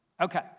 Okay